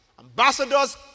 Ambassadors